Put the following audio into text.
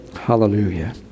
Hallelujah